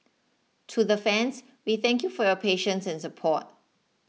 to the fans we thank you for your patience and support